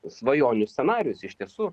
svajonių scenarijus iš tiesų